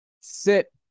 sit